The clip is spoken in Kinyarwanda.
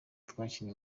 twakinye